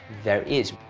there is.